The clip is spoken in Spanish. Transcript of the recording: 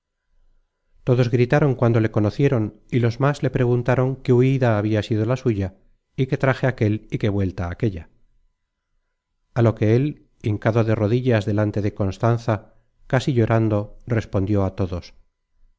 todos gritaron cuando le conocieron y los más le preguntaron qué huida habia sido la suya qué traje aquel y qué vuelta aquella a lo que él hincado de rodillas delante de constanza casi llorando respondió a todos